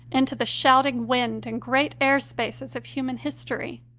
into the shouting wind and great air spaces of human history.